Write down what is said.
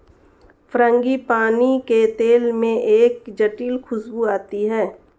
frangipani के तेल में एक जटिल खूशबू आती है